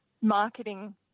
marketing